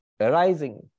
arising